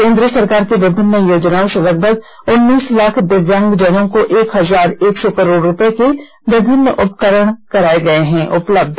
केन्द्र सरकार की विभिन्न योजनाओं से लगभग उन्नीस लाख दिव्यांगजनों को एक हजार एक सौ करोड़ रूपये के विभिन्न उपकरण कराए गए हैं उपलब्ध